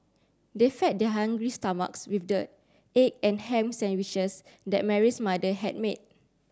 they fed their hungry stomachs with the egg and ham sandwiches that Mary's mother had made